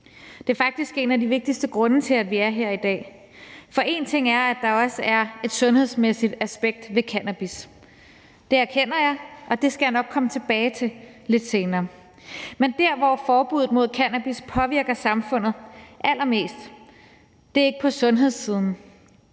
Det er faktisk en af de vigtigste grunde til, at vi er her i dag. For en ting er, at der også er et sundhedsmæssigt aspekt ved cannabis, det erkender jeg, og det skal jeg nok komme tilbage til lidt senere, men der, hvor forbuddet mod cannabis påvirker samfundet allermest, er ikke i forhold